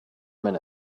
men